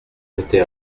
jeté